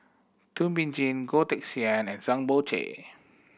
Thum Ping Tjin Goh Teck Sian and Zhang Bohe